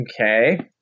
Okay